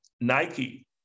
Nike